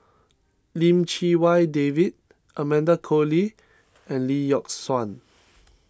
Lim Chee Wai David Amanda Koe Lee and Lee Yock Suan